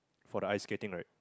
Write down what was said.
for the ice skating right